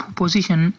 position